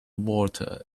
water